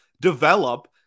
develop